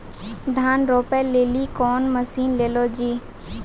धान रोपे लिली कौन मसीन ले लो जी?